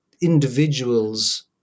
individuals